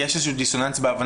כי יש איזה שהוא דיסוננס בהבנה,